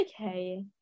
okay